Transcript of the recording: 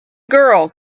girl